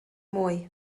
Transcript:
mwy